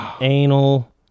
anal